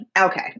okay